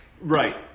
Right